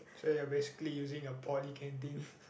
so you're basically using your poly canteen